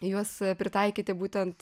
juos pritaikyti būtent